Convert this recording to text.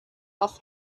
off